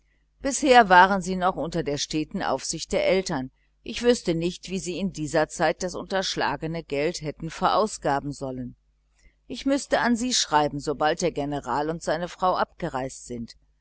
bisher waren sie noch unter der steten aufsicht der eltern ich wüßte nicht wie sie in dieser zeit das unterschlagene geld hätte verausgaben sollen ich müßte an sie schreiben sobald der general und seine frau abgereist sind